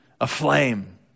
aflame